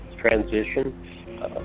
transition